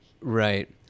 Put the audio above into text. Right